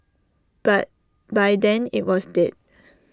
but by then IT was dead